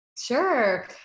Sure